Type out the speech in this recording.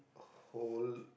whole